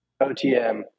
OTM